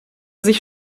sich